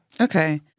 Okay